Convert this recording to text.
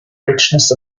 richness